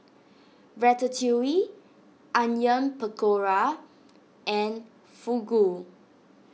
Ratatouille Onion Pakora and Fugu